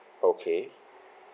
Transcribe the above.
okay